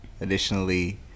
additionally